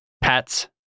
Pets